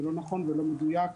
זה לא נכון ולא מדויק.